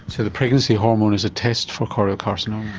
so the pregnancy hormone is a test for choriocarcinoma?